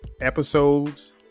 episodes